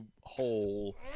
whole